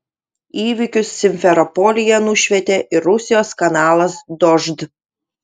įvykius simferopolyje nušvietė ir rusijos kanalas dožd